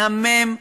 מהמם,